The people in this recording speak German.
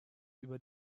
über